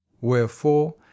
Wherefore